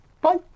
Bye